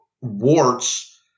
warts